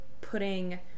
putting